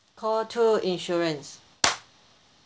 call two insurance